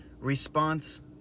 response